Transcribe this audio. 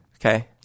Okay